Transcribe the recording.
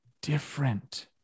different